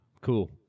cool